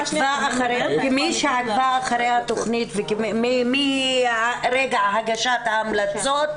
כמי שעקבה אחרי התכנית מרגע הגשת ההמלצות,